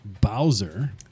bowser